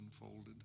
unfolded